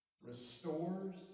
restores